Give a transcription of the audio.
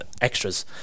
extras